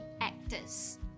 actors